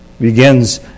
Begins